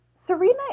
Serena